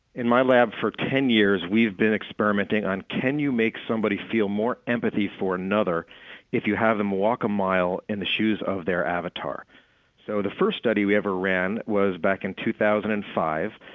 in my lab, for ten years we've been experimenting on can make somebody feel more empathy for another if you have them walk a mile in the shoes of their avatar so the first study we ever ran was back in two thousand and five.